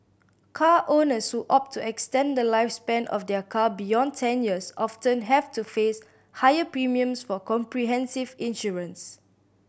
car owners who opt to extend the lifespan of their car beyond ten years often have to face higher premiums for comprehensive insurance